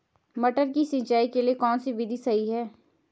मटर की सिंचाई के लिए कौन सी विधि सही है?